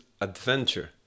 adventure